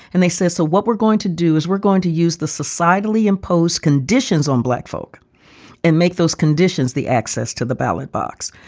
and they say so what we're going to do is we're going to use the societally imposed conditions on black folk and make those conditions the access to the ballot box.